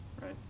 Right